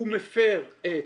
הוא מפר את